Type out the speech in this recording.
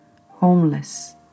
homeless